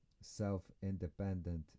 self-independent